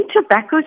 tobacco